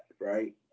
right